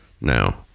now